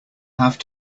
have